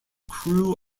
crew